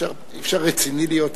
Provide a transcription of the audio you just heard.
אי-אפשר להיות רציני קצת?